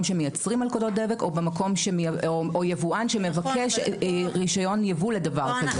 שמייצרים מלכודות דבק או יבואן שמבקש רישיון ייבוא לדבר כזה.